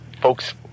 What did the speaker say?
folks